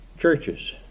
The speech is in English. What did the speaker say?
Churches